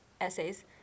essays